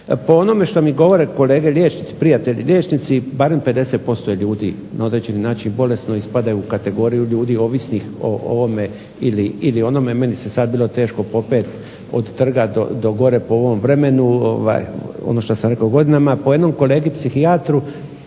Po onome što mi govore kolege liječnici, prijatelji liječnici, barem 50% je ljudi na određeni način bolesno i spadaju u kategoriju ljudi ovisnih o ovome ili onome. Meni se sad bilo teško popet od Trga do gore po ovom vremenu, ono što sam rekao u godinama. A po jednom kolegi psihijatru